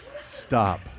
Stop